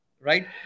right